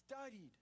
studied